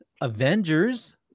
Avengers